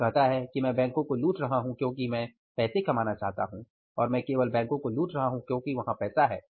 वह कहता है कि मैं बैंकों को लूट रहा हूं क्योंकि मैं पैसे कमाना चाहता हूं और मैं केवल बैंकों को लूट रहा हूं क्योंकि यहाँ पैसा है